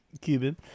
Cuban